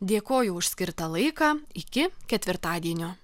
dėkoju už skirtą laiką iki ketvirtadienio